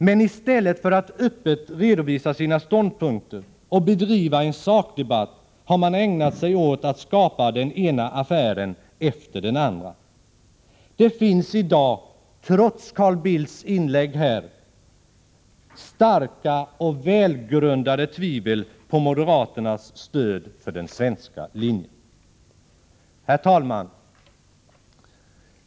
Men i stället för att öppet redovisa sina ståndpunkter och bedriva en sakdebatt har man ägnat sig åt att skapa den ena affären efter den andra. Det finns i dag, trots Carl Bildts inlägg, starka och välgrundade tvivel på moderaternas stöd för den svenska linjen. Herr talman!